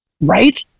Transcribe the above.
Right